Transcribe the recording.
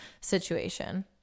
situation